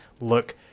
look